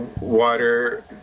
water